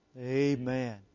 Amen